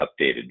updated